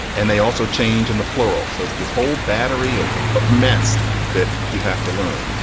and they also change in the plural. so it's this whole battery of of meth's that you have to learn.